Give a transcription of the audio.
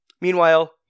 Meanwhile